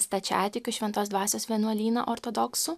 stačiatikių šventos dvasios vienuolyną ortodoksų